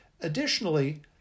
Additionally